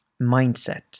mindset